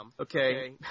okay